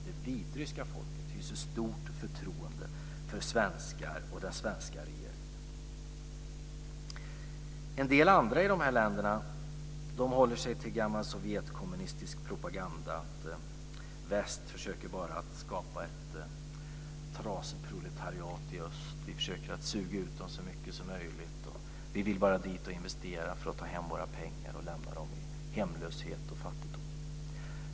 Det vitryska folket hyser stort förtroende för svenskarna och den svenska regeringen. En del i de här länderna håller sig till gammal sovjetkommunistisk propaganda; att väst bara försöker skapa ett trasproletariat i öst. Vi försöker suga ut dem så mycket som möjligt. Vi vill bara dit och investera för att ta hem våra pengar och lämna dem i hemlöshet och fattigdom.